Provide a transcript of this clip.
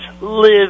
live